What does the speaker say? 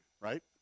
Right